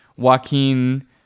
Joaquin